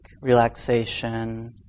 relaxation